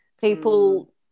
people